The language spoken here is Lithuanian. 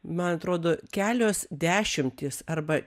man atrodo kelios dešimtys arba